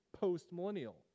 post-millennial